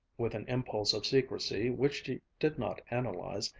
with an impulse of secrecy which she did not analyze,